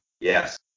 Yes